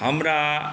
हमरा